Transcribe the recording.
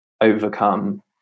overcome